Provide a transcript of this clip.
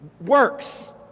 works